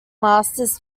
masters